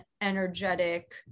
energetic